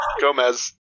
gomez